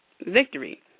victory